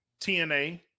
TNA